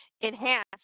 enhanced